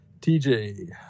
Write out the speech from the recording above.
TJ